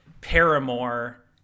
Paramore